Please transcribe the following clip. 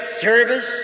service